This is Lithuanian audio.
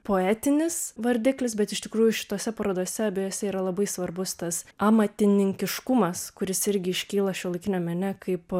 poetinis vardiklis bet iš tikrųjų šitose parodose abiejose yra labai svarbus tas amatininkiškumas kuris irgi iškyla šiuolaikiniam mene kaip